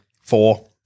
four